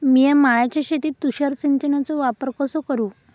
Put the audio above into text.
मिया माळ्याच्या शेतीत तुषार सिंचनचो वापर कसो करू?